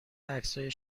عکسهای